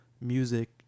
music